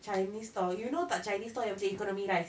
chinese stall you know tak chinese stall yang macam economy rice